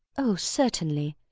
oh, certainly,